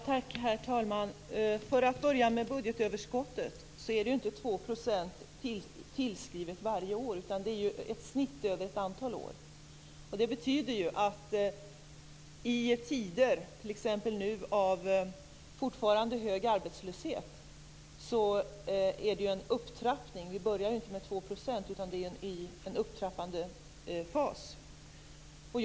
Herr talman! För att börja med budgetöverskottet är inte 2 % tillskrivet varje år, utan det är ett snitt över ett antal år. Det betyder att i tider av hög arbetslöshet, som det fortfarande är nu, blir det en upptrappning. Vi börjar inte med 2 % utan det är en fas som trappas upp.